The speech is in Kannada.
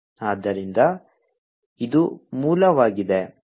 ಆದ್ದರಿಂದ ಇದು ಮೂಲವಾಗಿದೆ